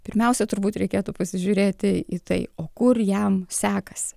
pirmiausia turbūt reikėtų pasižiūrėti į tai o kur jam sekasi